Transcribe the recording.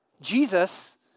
Jesus